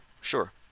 sure